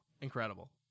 incredible